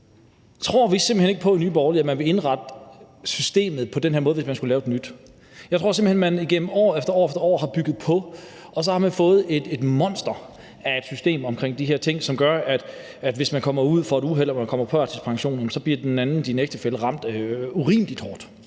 tror vi simpelt hen ikke på i Nye Borgerlige, at man ville indrette systemet på den her måde, hvis man skulle lave et nyt. Jeg tror simpelt hen, at man år efter år har bygget på, og så har man fået et monster af et system omkring de her ting, der gør, at hvis folk kommer ud for et uheld og kommer på førtidspension, bliver deres ægtefæller ramt urimelig hårdt.